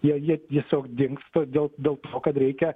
jie jie tiesiog dings dėl dėl to kad reikia